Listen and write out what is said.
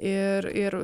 ir ir